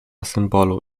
symbolu